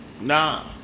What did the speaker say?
Nah